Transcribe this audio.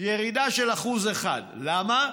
ירידה של מאית אחוז אחת, למה?